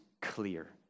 clear